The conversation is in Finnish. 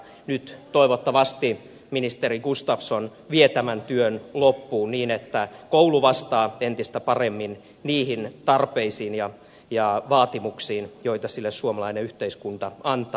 nyt toivottavasti ministeri gustafsson vie tämän työn loppuun niin että koulu vastaa entistä paremmin niihin tarpeisiin ja vaatimuksiin joita sille suomalainen yhteiskunta antaa